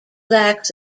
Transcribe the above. lacks